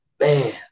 man